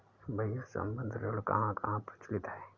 भैया संबंद्ध ऋण कहां कहां प्रचलित है?